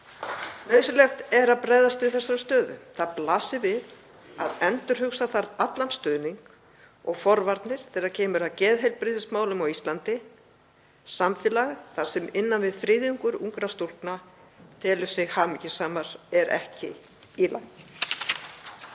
Nauðsynlegt er að bregðast við þessari stöðu. Það blasir við að endurhugsa þarf allan stuðning og forvarnir þegar kemur að geðheilbrigðismálum á Íslandi. Samfélag þar sem innan við þriðjungur ungra stúlkna telur sig hamingjusamar er ekki í lagi.